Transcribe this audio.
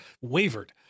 wavered